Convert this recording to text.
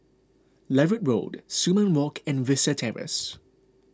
Larut Road Sumang Walk and Vista Terrace